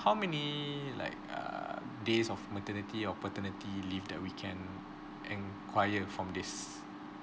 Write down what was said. how many like err days of maternity or paternity leave that we can enquire from this